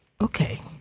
Okay